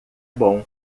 bom